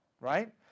Right